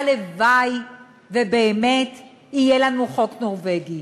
והלוואי שבאמת יהיה אצלנו החוק הנורבגי,